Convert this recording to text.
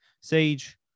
sage